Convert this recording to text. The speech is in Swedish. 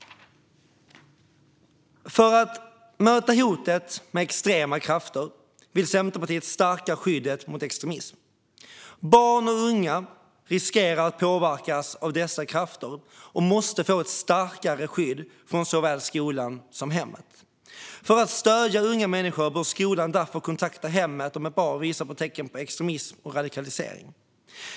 För att möta hotet från extrema krafter vill Centerpartiet stärka skyddet mot extremism. Barn och unga riskerar att påverkas av dessa krafter och måste få ett starkare skydd från såväl skolan som hemmet. För att stödja unga människor bör skolan därför kontakta hemmet om ett barn visar tecken på extremism och radikalisering.